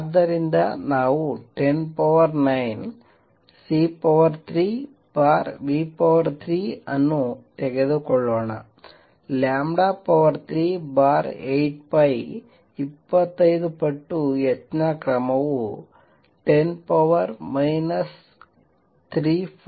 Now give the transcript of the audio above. ಆದ್ದರಿಂದ ನಾವು 109c33 ಅನ್ನು ತೆಗೆದುಕೊಳ್ಳೋಣ 38π 25 ಪಟ್ಟು h ನ ಕ್ರಮವು 10 34